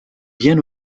bien